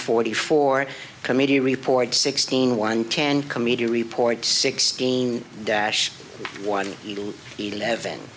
forty four committee report sixteen one ten comedian report sixteen dash one eleven